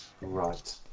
Right